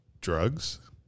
drugs